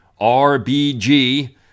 RBG